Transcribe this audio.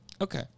Okay